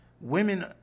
women